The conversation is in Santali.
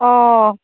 ᱳ